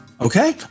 Okay